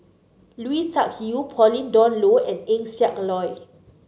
Lui Tuck Yew Pauline Dawn Loh and Eng Siak Loy